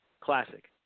classic